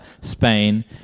Spain